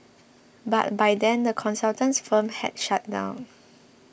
but by then the consultant's firm had shut down